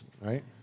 right